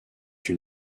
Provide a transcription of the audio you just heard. une